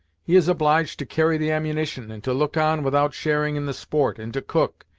he is obliged to carry the ammunition, and to look on without sharing in the sport, and to cook,